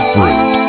Fruit